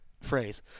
phrase